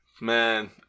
Man